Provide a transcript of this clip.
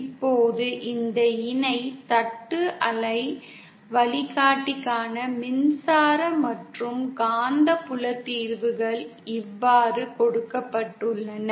இப்போது இந்த இணை தட்டு அலை வழிகாட்டிக்கான மின்சார மற்றும் காந்தப்புல தீர்வுகள் இவ்வாறு கொடுக்கப்பட்டுள்ளன